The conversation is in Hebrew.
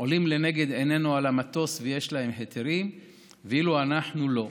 עולים לנגד עינינו על המטוס ויש להם היתרים ואילו אנחנו לא?